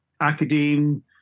academe